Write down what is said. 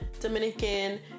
Dominican